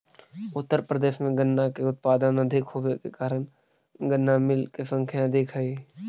उत्तर प्रदेश में गन्ना के उत्पादन अधिक होवे के कारण गन्ना मिलऽ के संख्या अधिक हई